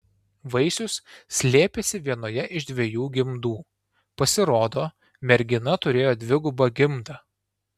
vaisius slėpėsi vienoje iš dviejų gimdų pasirodo mergina turėjo dvigubą gimdą